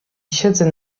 siedzę